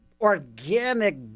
organic